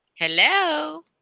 Hello